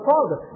Father